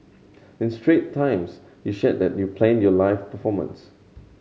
in Strait Times you shared that you planned your life performance